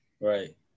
Right